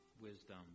wisdom